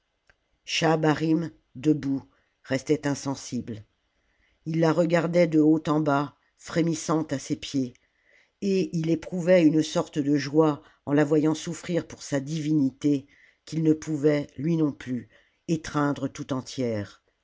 debout restait insensible ii la regardait de haut en bas frémissante à ses pieds et il éprouvait une sorte de joie en la voyant souffrir pour sa divinité qu'il ne pouvait lui non plus étreindretout entière